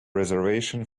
reservation